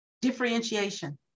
Differentiation